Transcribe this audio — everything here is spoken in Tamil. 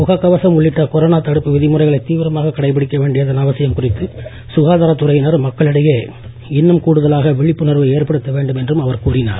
முகக் கவசம் உள்ளிட்ட கொரோனா தடுப்பு விதிமுறைகளை தீவிரமாக கடைபிடிக்க வேண்டியதன் அவசியம் குறித்து சுகாதாரத் துறையினர் மக்களிடையே இன்னும் கூடுதலாக விழிப்புணர்வு ஏற்படுத்த வேண்டும் என்றும் அவர் கூறினார்